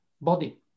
body